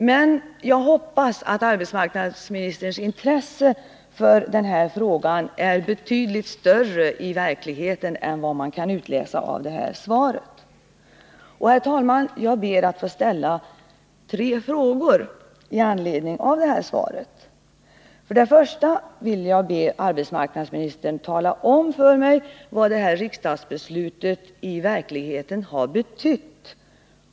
Men jag hoppas att arbetsmarknadsministerns intresse för denna 4” fråga är betydligt större i verkligheten än vad man kan utläsa av detta svar. Herr talman! Jag ber att få ställa tre frågor i anledning av svaret. För det första: Jag vill be arbetsmarknadsministern att tala om för mig vad detta riksdagsbeslut i verkligheten har betytt.